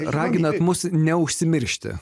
raginat mus neužsimiršti